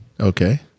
Okay